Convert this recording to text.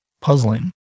puzzling